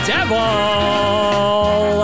Devil